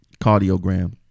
cardiogram